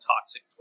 toxic